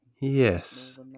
Yes